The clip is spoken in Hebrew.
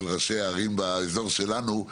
ראשי הערים באזור שלנו,